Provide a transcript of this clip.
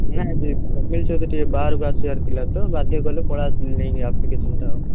ନା ଆଜି ଫ୍ୟାମିଲି ସହିତ ଟିକେ ବାହାରକୁ ଆସିବାର ଥିଲା ତ ବାଧ୍ୟ କଲେ ପଳାଇ ଆସିଲି ନେଇକି ଆପ୍ଲିକେସନ୍ଟା ଆଉ